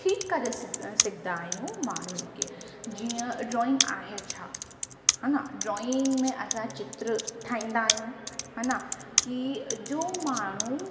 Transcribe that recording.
ठीकु करे सघ सघंदा आहियूं माण्हुनि खे जीअं ड्रॉइंग आहे छा हा न ड्रॉइंग में असां चित्र ठाहींदा आहियूं हा न कि जो माण्हू